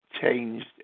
changed